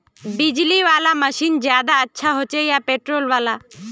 बिजली वाला मशीन ज्यादा अच्छा होचे या पेट्रोल वाला?